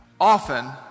often